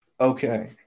Okay